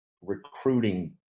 recruiting